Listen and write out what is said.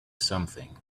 something